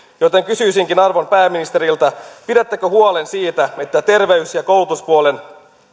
joten kysyisinkin arvon pääministeriltä pidättekö huolen siitä että terveys ja koulutuspuolen